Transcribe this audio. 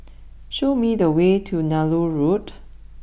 show me the way to Nallur Road